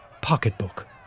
pocketbook